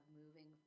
moving